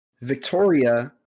Victoria